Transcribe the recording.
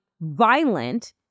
violent